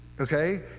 Okay